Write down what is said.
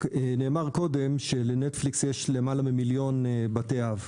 נאמר קודם שלנטפליקס יש יותר ממיליון בתי-אב,